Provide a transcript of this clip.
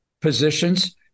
positions